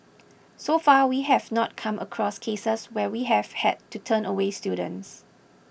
so far we have not come across cases where we have had to turn away students